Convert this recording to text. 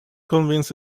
convinced